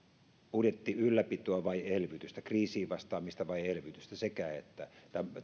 budjetti ylläpitoa vai elvytystä kriisiin vastaamista vai elvytystä sekä että